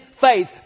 faith